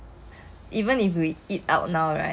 !aiya! 我也是很想省钱